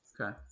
okay